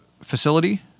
facility